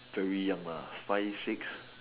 very young lah five six